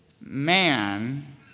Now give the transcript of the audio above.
man